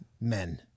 men